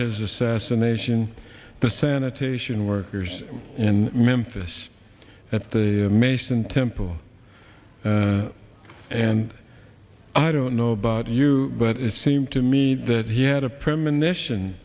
his assassination the sanitation workers in memphis at the mason temple and i don't know about you but it seemed to me that he had a premonition